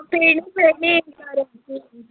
feni feni सोऱ्याची